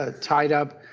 ah tied up